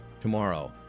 tomorrow